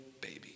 baby